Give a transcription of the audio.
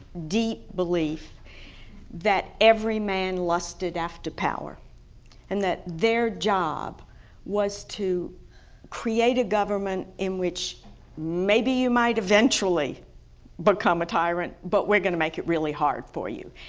deep belief that every man lusted after power and that their job was to create a government in which maybe you might eventually but become um a tyrant but were going to make it really hard for you.